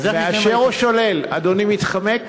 כאשר הוא שולל, אדוני מתחמק?